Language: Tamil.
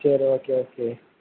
சரி ஓகே ஓகே